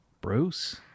Bruce